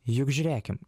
juk žiūrėkim